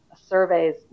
surveys